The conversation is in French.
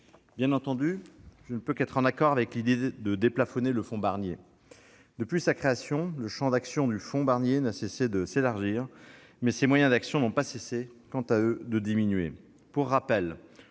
Bien entendu, je ne peux qu'être en accord avec l'idée de déplafonner le fonds Barnier. Depuis sa création, le champ d'action de ce fonds n'a cessé de s'élargir, mais ses moyens d'action n'ont pas cessé, quant à eux, de diminuer.